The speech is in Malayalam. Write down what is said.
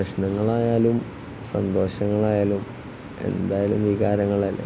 പ്രശ്നങ്ങളായാലും സന്തോഷങ്ങളായാലും എന്തായാലും വികാരങ്ങളല്ലെ